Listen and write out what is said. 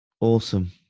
Awesome